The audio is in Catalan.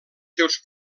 seus